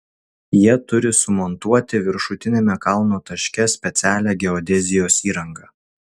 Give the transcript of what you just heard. jie turi sumontuoti viršutiniame kalno taške specialią geodezijos įrangą